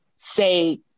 say